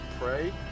pray